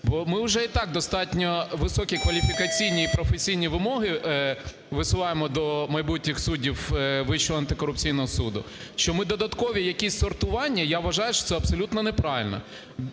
Бо ми уже і так достатньо високі кваліфікаційні і професійні вимоги висуваємо до майбутніх суддів Вищого антикорупційного суду, що ми додаткові якісь сортування… я вважаю, що це абсолютно неправильно.